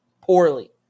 poorly